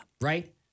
Right